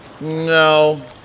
No